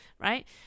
right